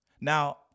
Now